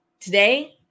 today